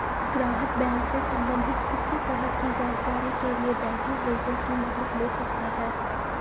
ग्राहक बैंक से सबंधित किसी तरह की जानकारी के लिए बैंकिंग एजेंट की मदद ले सकता है